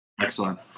Excellent